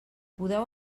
podeu